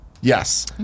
Yes